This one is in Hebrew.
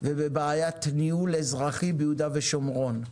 ובבעיית ניהול אזרחים ביהודה ושומרון.